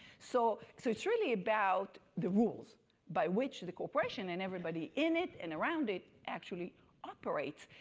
so so it's really about the rules by which the corporation and everybody in it and around it actually operates.